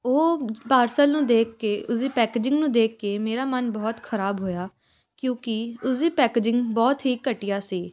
ਉਹ ਪਾਰਸਲ ਨੂੰ ਦੇਖ ਕੇ ਉਸਦੀ ਪੈਕਜ਼ਿੰਗ ਨੂੰ ਦੇਖ ਕੇ ਮੇਰਾ ਮਨ ਬਹੁਤ ਖਰਾਬ ਹੋਇਆ ਕਿਉਂਕਿ ਉਸਦੀ ਪੈਕਜ਼ਿੰਗ ਬਹੁਤ ਹੀ ਘਟੀਆ ਸੀ